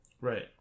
Right